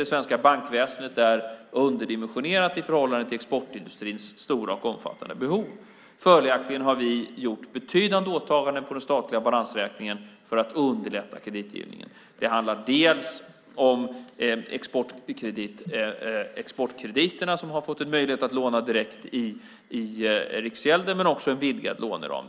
Det svenska bankväsendet är underdimensionerat i förhållande till exportindustrins stora och omfattande behov. Följaktligen har vi gjort betydande åtaganden på den statliga balansräkningen för att underlätta kreditgivningen. Det handlar om dels exportkrediterna, som har fått möjlighet att låna direkt i Riksgälden, dels en vidgad låneram.